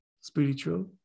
spiritual